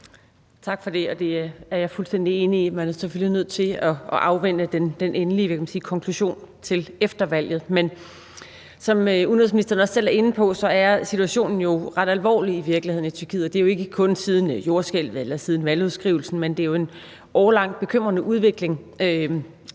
for det. Og det er jeg fuldstændig enig i – man er selvfølgelig nødt til at afvente den endelige, hvad kan man sige, konklusion til efter valget. Men som udenrigsministeren også selv er inde på, er situationen i virkeligheden ret alvorlig i Tyrkiet, og det er jo ikke kun siden jordskælvet eller siden valgudskrivelsen, men det er en årelang bekymrende udvikling,